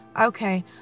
okay